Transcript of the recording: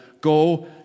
go